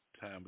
Time